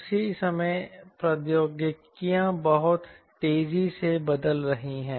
उसी समय प्रौद्योगिकियां बहुत तेजी से बदल रही हैं